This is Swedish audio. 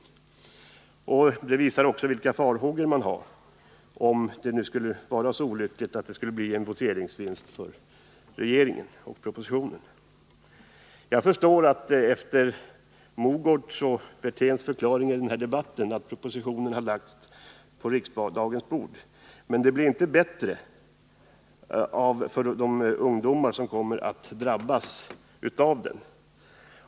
Av skrivelsen framgår bl.a. vilka farhågor man hyser inför den olyckliga eventualiteten att det skulle bli en voteringsvinst för regeringens förslag. Jag förstår efter fru Mogårds och herr Wirténs förklaringar i denna debatt varför propositionen har lagts på riksdagens bord, men dessa förklaringar förbättrar inte förhållandena för de ungdomar som kommer att drabbas av den.